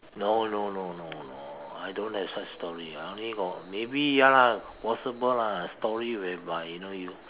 no no no no no I don't have such story I only got maybe ya lah possible lah story whereby you know you